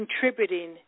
contributing